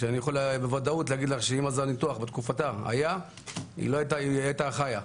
אני יכול להגיד לך בוודאות שאם הניתוח היה בתקופתה היא הייתה חיה.